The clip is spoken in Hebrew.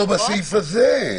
זה לא הסעיף הזה.